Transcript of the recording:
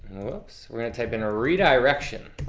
oops. we're going to type in ah redirection.